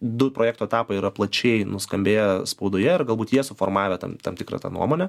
du projekto etapai yra plačiai nuskambėję spaudoje ir galbūt jie suformavę tam tam tikrą tą nuomonę